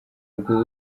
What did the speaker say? bwo